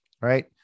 Right